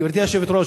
גברתי היושבת-ראש,